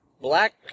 black